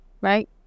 right